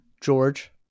George